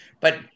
But-